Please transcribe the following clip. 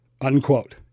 unquote